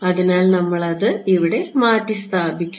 അതിനാൽ നമ്മൾ അത് ഇവിടെ മാറ്റിസ്ഥാപിക്കും